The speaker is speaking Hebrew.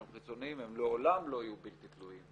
שהם חיצוניים הם לעולם לא יהיו בלתי תלויים,